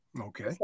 okay